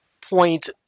point